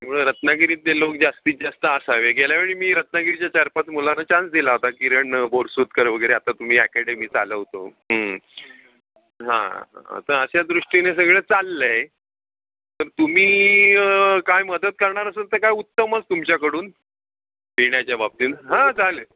मुळे रत्नागिरीतले लोक जास्तीत जास्त असावे गेल्या वेळी मी रत्नागिरीच्या चार पाच मुलांना चान्स दिला होता किरण बोरसुतकर वगैरे आता तुम्ही अकॅडमी चालवतो हां तर अशा दृष्टीने सगळं चाललं आहे तर तुम्ही काय मदत करणार असेल तर काय उत्तमच तुमच्याकडून लिहिण्याच्या बाबतीत हां चालेल